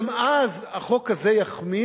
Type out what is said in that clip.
גם אז החוק הזה יחמיר